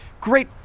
great